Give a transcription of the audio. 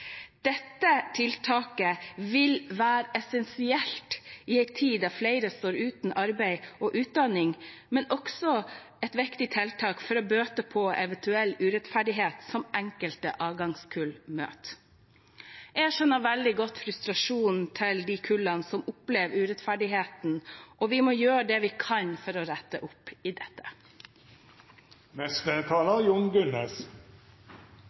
Dette tiltaket vil være essensielt i en tid der flere står uten arbeid og utdanning, og også et viktig tiltak for å bøte på en eventuell urettferdighet som enkelte avgangskull møter. Jeg skjønner veldig godt frustrasjonen til de kullene som opplever urettferdigheten, og vi må gjøre det vi kan for å rette opp i dette.